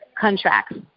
contracts